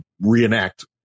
reenact